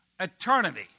eternity